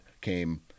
came